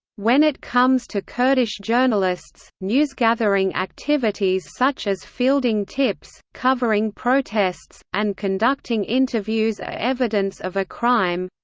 when it comes to kurdish journalists, newsgathering activities such as fielding tips, covering protests, and conducting interviews are evidence of a crime.